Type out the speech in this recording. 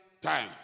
time